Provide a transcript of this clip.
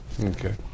Okay